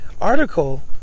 article